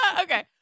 Okay